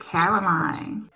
Caroline